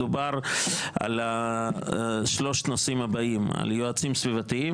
מדובר על שלושת הנושאים הבאים על יועצים סביבתיים,